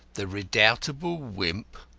the redoubtable wimp,